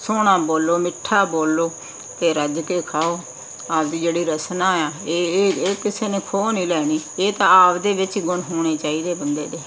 ਸੋਹਣਾ ਬੋਲੋ ਮਿੱਠਾ ਬੋਲੋ ਅਤੇ ਰੱਜ ਕੇ ਖਾਓ ਆਪ ਦੀ ਜਿਹੜੀ ਰਸਨਾ ਆ ਇਹ ਇਹ ਇਹ ਕਿਸੇ ਨੇ ਖੋਹ ਨਹੀਂ ਲੈਣੀ ਇਹ ਤਾਂ ਆਪਦੇ ਵਿੱਚ ਗੁਣ ਹੋਣੇ ਚਾਹੀਦੇ ਬੰਦੇ ਦੇ